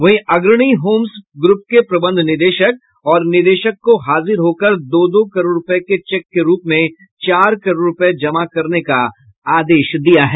वहीं अग्रणी homes group के प्रबंध निदेशक और निदेशक को हाजिर होकर दो दो करोड़ रूपये के चेक के रूप में चार करोड़ रूपये जमा करने का आदेश दिया है